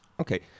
Okay